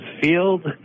Field